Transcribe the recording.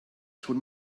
schon